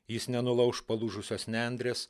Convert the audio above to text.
jis nenulauš palūžusios nendrės